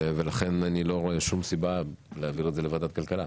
ולכן אני לא רואה שום סיבה להעביר את זה לוועדת הכלכלה.